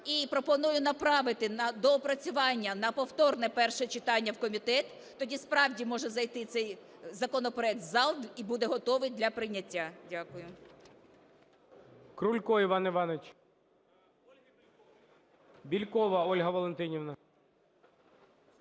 І пропоную направити на доопрацювання на повторне перше читання в комітет, тоді, справді, може зайти цей законопроект в зал і буде готовий для прийняття. Дякую.